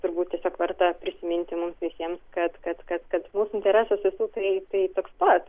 turbūt tiesiog verta prisiminti mums visiems kad kad kad kad mūsų interesasvisų tai tai toks pat